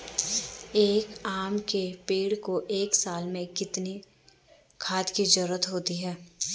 एक आम के पेड़ को एक साल में कितने खाद की जरूरत होती है?